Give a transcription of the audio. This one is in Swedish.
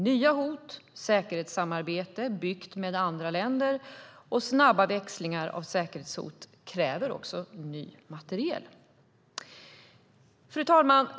Nya hot, säkerhetssamarbete byggt med andra länder och snabba växlingar av säkerhetshot kräver också ny materiel. Fru talman!